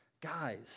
Guys